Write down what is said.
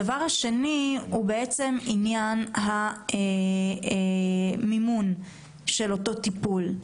הדבר השני, הוא עניין המימון של הטיפול.